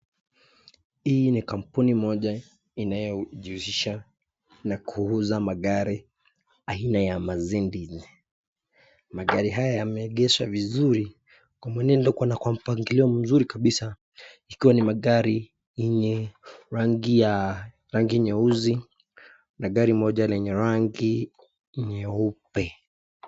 Hii ni kampuni moja inayojihusisha na kuuza magari aina ya Mercedes, magari haya yameegeshwa vizuri kwa mwenendo huku na mpangilia mzuri kabisa ikiwa ni magari yenye rangi nyeusi na gari moja lenye rangi nyeupe.